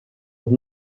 are